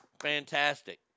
Fantastic